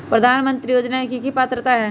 प्रधानमंत्री योजना के की की पात्रता है?